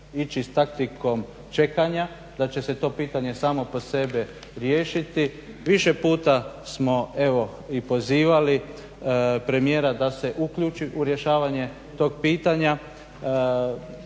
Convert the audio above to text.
ići s taktikom čekanja, da će se to pitanje samo po sebi riješiti. Više puta smo pozivali premijera da se uključi u rješavanje tog pitanja.